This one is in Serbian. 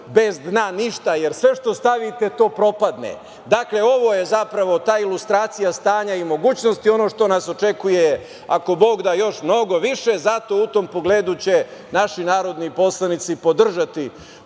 bez dna ništa, jer sve što stavite to propadne. Dakle, ovo je zapravo ta ilustracija stanja i mogućnosti, ono što nas očekuje, ako Bog da, još mnogo više. Zato, u tom pogledu će naši narodni poslanici podržati